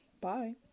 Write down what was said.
Bye